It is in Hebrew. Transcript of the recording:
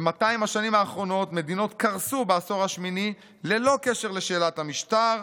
ב-200 השנים האחרונות מדינות קרסו בעשור השמיני ללא קשר לשאלת המשטר,